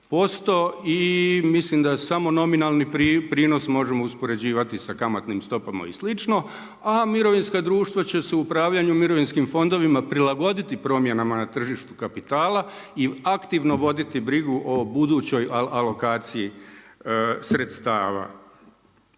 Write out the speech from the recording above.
i mislim da samo nominalni prinos možemo uspoređivati sa kamatnim stopama i slično, a mirovinska društva će se upravljanju mirovinskim fondovima prilagoditi promjenama na tržištu kapitala i aktivno voditi brigu o budućoj alokaciji sredstava.